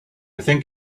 think